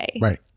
Right